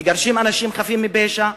מגרשים אנשים חפים מפשע,